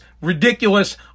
ridiculous